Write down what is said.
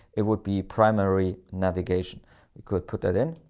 it would be primary navigation. we could put that in,